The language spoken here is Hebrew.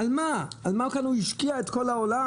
על מה כאן הוא השקיע את כל העולם?